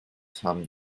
haben